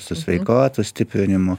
su sveikatos stiprinimu